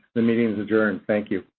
the meeting is adjourned. thank you.